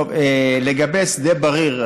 לגבי שדה בריר,